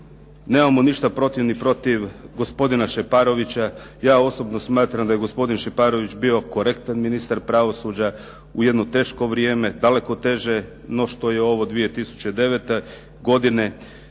nemamo ništa protiv ni protiv gospodina Šeparovića. Ja osobno smatram da je gospodin Šeparović bio korektan ministar pravosuđa u jedno teško vrijeme, daleko teže no što je ovo 2009. godine.